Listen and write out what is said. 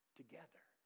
together